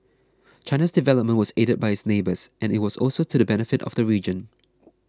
China's development was aided by its neighbours and it was also to the benefit of the region